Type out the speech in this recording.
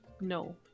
No